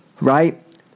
right